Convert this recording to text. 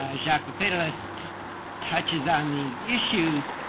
ah jacques the fatalist touches on these issues,